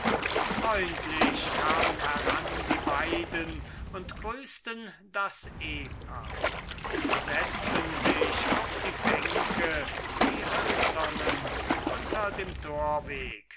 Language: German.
freundlich kamen heran die beiden und grüßten das ehpaar setzten sich auf die bänke die hölzernen unter dem torweg